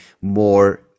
more